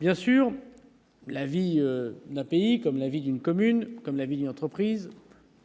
Bien sûr, la vie n'a pris comme la vie d'une commune comme la vie, entreprise